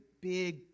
big